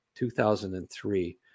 2003